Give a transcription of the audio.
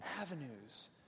avenues